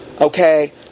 okay